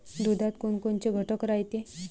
दुधात कोनकोनचे घटक रायते?